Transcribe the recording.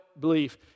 belief